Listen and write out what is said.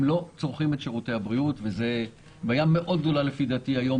הם לא צורכים את שירותי הבריאות וזה בעיה גדולה מאוד היום,